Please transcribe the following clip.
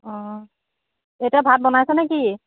অঁ এতিয়া ভাত বনাইছানে কি